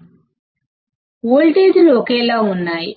అంటే వోల్టేజ్ లు సమానంగా ఉన్నాయి